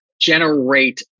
generate